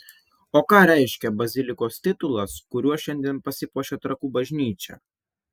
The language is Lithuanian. o ką reiškia bazilikos titulas kuriuo šiandien pasipuošia trakų bažnyčia